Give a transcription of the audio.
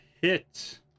hit